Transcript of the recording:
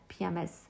PMS